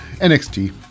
NXT